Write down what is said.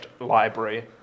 library